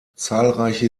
zahlreiche